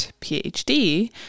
PhD